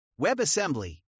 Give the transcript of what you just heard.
WebAssembly